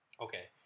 Okay